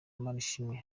manishimwe